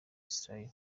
style